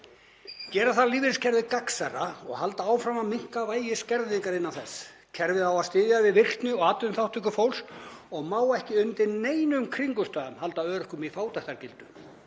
„Gera þarf lífeyriskerfið gagnsærra og halda áfram að minnka vægi skerðinga innan þess. Kerfið á að styðja við virkni og atvinnuþátttöku fólks og má ekki undir neinum kringumstæðum halda öryrkjum í fátæktargildru.”